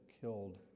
killed